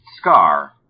Scar